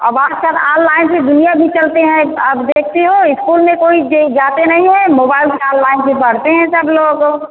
अब आजकल ऑनलाइन से दुनिया भी चलती है आप देखती हो इस्कूल में कोई यह जाता नहीं है मोबाइल में ऑनलाइन भी पढ़ते हैं सब लोग